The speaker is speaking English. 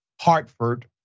Hartford